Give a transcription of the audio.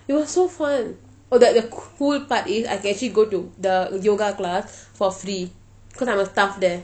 it was so fun oh that the cool part is I can actually go to the yoga class for free cause I'm a staff there